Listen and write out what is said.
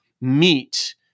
meet